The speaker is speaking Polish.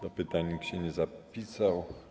Do pytań nikt się nie zapisał.